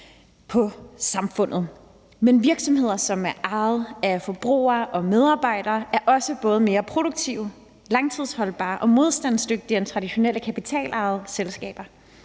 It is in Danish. på samfundet. Men virksomheder, som er ejet af forbrugere og medarbejdere, er også både mere produktive, langtidsholdbare og modstandsdygtige end traditionelle kapitalejede selskaber.